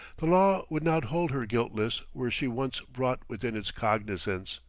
the law would not hold her guiltless were she once brought within its cognizance.